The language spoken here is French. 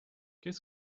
qu’est